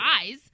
eyes